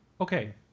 Okay